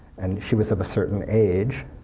and she was of a certain age,